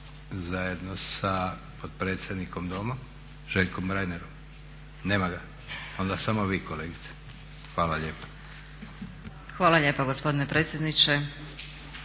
zajedno sa potpredsjednikom Doma Željkom Reinerom. Nema ga? Onda samo vi kolegice. Hvala lijepa. **Glavak, Sunčana (HDZ)** Hvala lijepa gospodine predsjedniče.